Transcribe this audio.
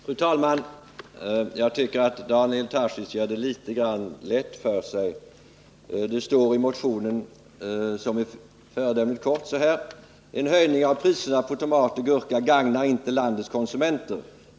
Fru talman! Jag tycker att Daniel Tarschys gör det litet lätt för sig. I motionen, som är föredömligt kort, står det: En höjning av priserna på tomater och gurka gagnar inte landets konsumenter.